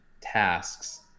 tasks